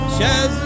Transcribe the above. Shaz